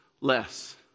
less